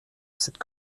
cette